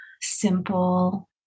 simple